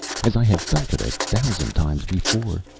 as i have felt it a thousand times before.